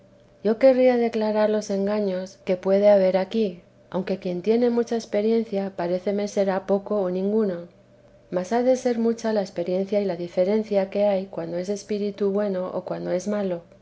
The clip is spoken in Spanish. yo querría declarar los engaños que puede haber aquí aunque quien tiene mucha experiencia paréceme será poco o ninguno mas ha de ser mucha la experiencia y la diferencia que hay cuando es espíritu bueno o cuando es malo